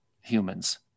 humans